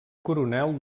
coronel